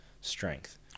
strength